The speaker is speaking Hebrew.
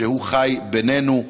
שהוא חי בינינו,